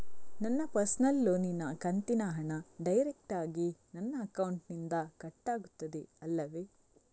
ನನ್ನ ಪರ್ಸನಲ್ ಲೋನಿನ ಕಂತಿನ ಹಣ ಡೈರೆಕ್ಟಾಗಿ ನನ್ನ ಅಕೌಂಟಿನಿಂದ ಕಟ್ಟಾಗುತ್ತದೆ ಅಲ್ಲವೆ?